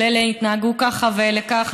של אלה התנהגו ככה ואלה ככה,